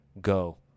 go